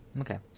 Okay